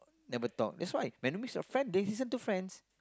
never talk that's why when mixed with friend they listen to friends